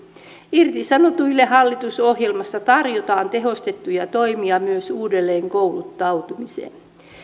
irtisanotuille hallitusohjelmassa tarjotaan tehostettuja toimia myös uudelleen kouluttautumiseen